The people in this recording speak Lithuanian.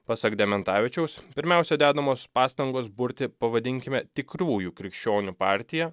pasak dementavičiaus pirmiausia dedamos pastangos burti pavadinkime tikrųjų krikščionių partiją